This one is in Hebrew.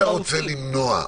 מה אתה רוצה למנוע?